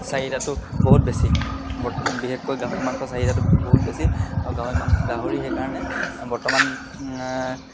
চাহিদাটো বহুত বেছি বত বিশেষকৈ গাহৰি মাংস চাহিদাটো বহুত বেছি আৰু গাহৰি মাংস গাহৰি সেইকাৰণে বৰ্তমান